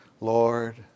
Lord